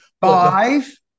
Five